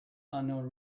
unknown